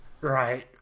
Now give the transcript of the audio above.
right